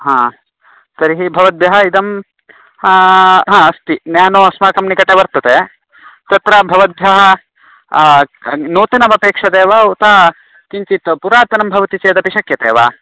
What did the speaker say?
हा तर्हि भवद्भ्यः इदं हा अस्ति न्यानो अस्माकं निकटे वर्तते तत्र भवद्भ्यः क् नूतनमपेक्षते वा उत किञ्चित् पुरातनं भवति चेदपि शक्यते वा